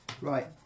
Right